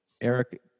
Eric